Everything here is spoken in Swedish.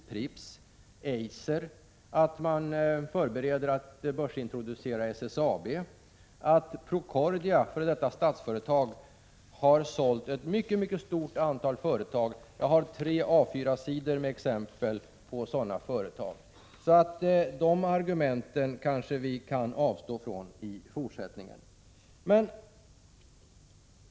Jag vill påminna om Pripps och Eiser, om att börsintroduktion av SSAB förbereds och att Procordia, f.d. Statsföretag, har sålt ett mycket stort antal företag. Jag har tre A4-sidor med exempel på sådana företag. De argumenten kanske vi kan avstå från att hänvisa till i fortsättningen.